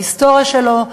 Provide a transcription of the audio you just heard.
ההיסטוריה שלו,